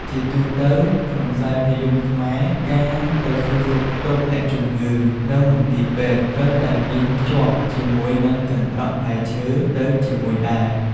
ជាទូទៅ ក្នុងខ្សែភាពយន្តខ្មែរ ការទៅសួរសុខទុក្ខអ្នកជំងឺនៅមន្ទីរពេទ្យត្រូវតែមានភ្ជាប់ជាមួយនឹងកន្ត្រកផ្លែឈើទៅជាមួយដែរ។